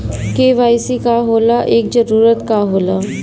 KYC का होला एकर जरूरत का होला?